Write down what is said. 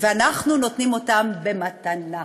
אנחנו נותנים אותן במתנה.